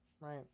right